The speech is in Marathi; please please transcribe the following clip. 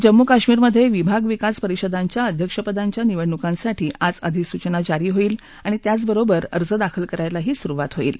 जम्मू कश्मीरमधे विभाग विकास परिषदांच्या अध्यक्ष निवडणुकांसाठी आज अधिसूचना जारी होईल आणि त्याचबरोबर अर्ज दाखल करायलाही सुरुवात होईल